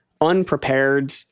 unprepared